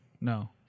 No